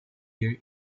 year